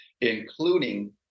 including